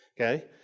okay